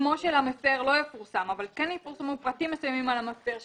ששמו של המפר לא יפורסם אבל כן יפורסמו פרטים מסוימים על המפר,